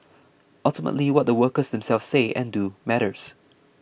ultimately what the workers themselves say and do matters